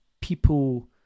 people